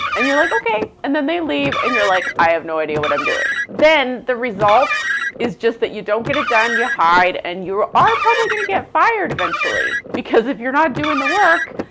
and you're like, okay, and then they leave and you're like, i have no idea what i'm doing. then, the result is just that you don't get it done, you hide, and you are probably gonna get fired eventually, because if you're not doing the work,